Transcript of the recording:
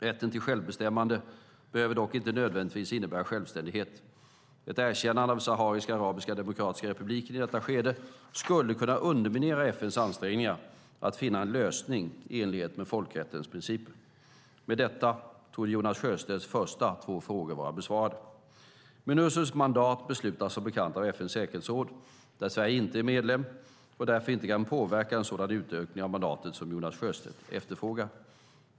Rätten till självbestämmande behöver dock inte nödvändigtvis innebära självständighet. Ett erkännande av sahariska arabiska demokratiska republiken i detta skede skulle kunna underminera FN:s ansträngningar att finna en lösning i enlighet med folkrättens principer. Med detta torde Jonas Sjöstedts första två frågor vara besvarade. Minursos mandat beslutas som bekant av FN:s säkerhetsråd, där Sverige inte är medlem och därför inte kan påverka en sådan utökning av mandatet som Jonas Sjöstedt efterfrågar.